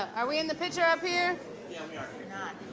are we in the picture up here? yeah, we are.